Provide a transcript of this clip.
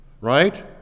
Right